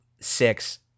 Six